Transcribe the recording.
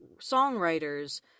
songwriters